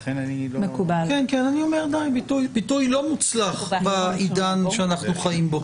כן, ביטוי לא מוצלח בעידן שאנחנו חיים בו.